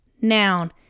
Noun